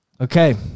Okay